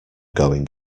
going